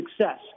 success